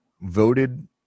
voted